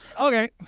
Okay